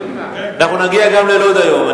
אנחנו נגיע גם ללוד היום,